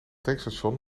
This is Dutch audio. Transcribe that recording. tankstation